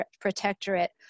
protectorate